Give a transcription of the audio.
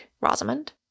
Rosamond